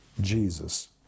Jesus